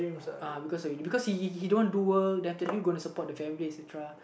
uh because you know because he he he don't want do work then after that who's going to support the family etc